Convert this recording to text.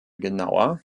genauer